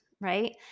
right